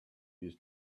his